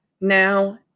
Now